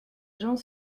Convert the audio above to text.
gens